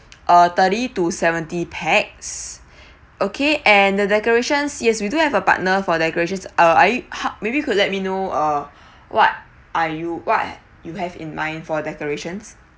uh thirty to seventy pax okay and the decorations yes we do have a partner for decoration uh are you ha~ maybe you could let me know uh what are you what you have in mind for decorations